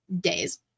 days